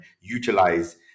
utilize